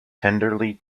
tenderly